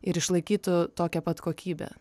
ir išlaikytų tokią pat kokybę